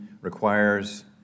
requires